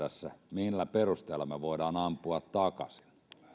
millä perusteella me voimme ampua takaisin